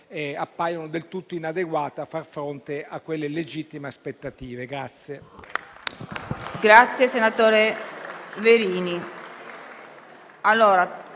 appaiono del tutto inadeguate a far fronte a tali legittime aspettative.